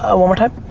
ah one more time.